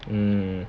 mm